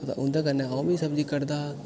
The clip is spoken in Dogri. उंदे कन्नै अ'ऊं बी सब्जी कटदा हा